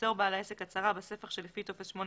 ימסור בעל העסק הצהרה בספח שלפי טופס 8